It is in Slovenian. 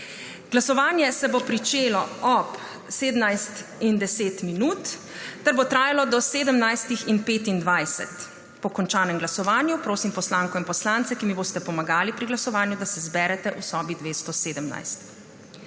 Glasovanje se bo pričelo ob 17.10 ter bo trajalo do 17.25. Po končanem glasovanju prosim poslanko in poslance, ki mi boste pomagali pri glasovanju, da se zberete v sobi 217.